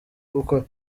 gukora